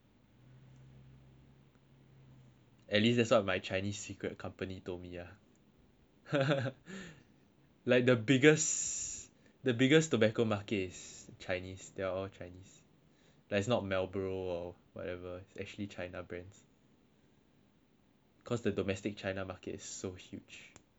at least that's what my chinese cigarette company told me ah like the biggest the biggest tobacco market is chinese they're all chinese like it's not Marlboro or whatever it's actually China brands cause the domestic China market is so huge